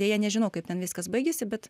deja nežinau kaip ten viskas baigėsi bet